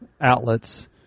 outlets